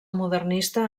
modernista